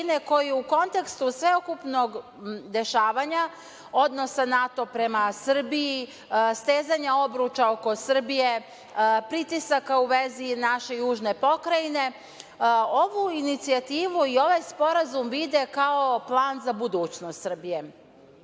koji u kontekstu sveukupnog dešavanja, odnosa NATO prema Srbiji, stezanje obruča oko Srbije, pritisaka u vezi naše južne pokrajine. Ovu inicijativu i ovaj sporazum vide kao plan za budućnost Srbije.Zašto